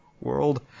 world